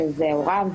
שזה הוריו